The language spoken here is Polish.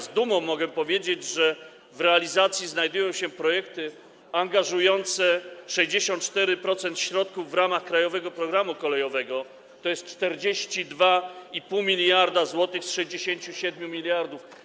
Z dumą mogę powiedzieć, że w realizacji znajdują się projekty angażujące 64% środków w ramach „Krajowego programu kolejowego”, tj. 42,5 mld zł z 67 mld zł.